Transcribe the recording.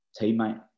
teammate